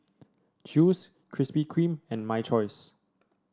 Chew's Krispy Kreme and My Choice